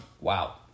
Wow